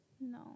No